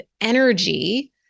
energy